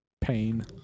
pain